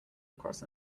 across